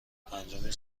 پنجمین